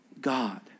God